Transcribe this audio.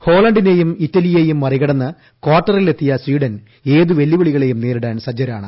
ഹോളണ്ടിനെയും ഇറ്റലിയെയും മറി കടന്ന് കാർട്ടറിൽ എത്തിയ സ്വീഡൻ ഏതു വെല്ലുവിളികളേയും നേരിടാൻ സജ്ജരാണ്